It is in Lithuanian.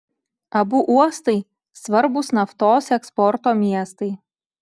abu uostai svarbūs naftos eksporto miestai